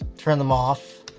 turn them off.